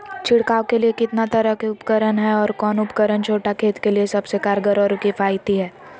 छिड़काव के लिए कितना तरह के उपकरण है और कौन उपकरण छोटा खेत के लिए सबसे कारगर और किफायती है?